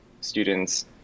students –